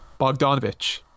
Bogdanovich